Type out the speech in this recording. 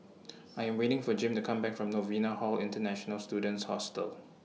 I Am waiting For Jim to Come Back from Novena Hall International Students Hostel